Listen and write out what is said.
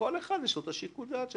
לכל אחד יש את שיקול הדעת שלו.